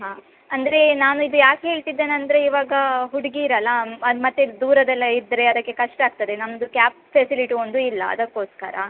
ಹಾಂ ಅಂದರೆ ನಾವು ಇದು ಯಾಕೆ ಹೇಳ್ತಿದ್ದೇನೆ ಅಂದರೆ ಇವಾಗ ಹುಡುಗೀರಲ್ಲ ಮತ್ತೆ ದೂರದ್ದೆಲ್ಲ ಇದ್ದರೆ ಕಷ್ಟ ಆಗ್ತದೆ ನಮ್ದು ಕ್ಯಾಬ್ಸ್ ಫೆಸಿಲಿಟಿ ಒಂದು ಇಲ್ಲ ಅದಕ್ಕೋಸ್ಕರ